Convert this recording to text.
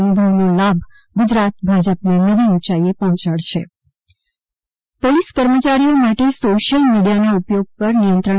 અનુભવનો લાભ ગુજરાત ભાજપને નવી ઊંચાઈએ પહોચડશે પોલિસ કર્મચારીઓ માટે સોશિયલ મીડિયાના ઉપયોગ ઉપર નિયંત્રણ